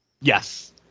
Yes